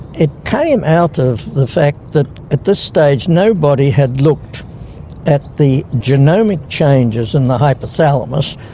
it came out of the fact that at this stage nobody had looked at the genomic changes in the hypothalamus,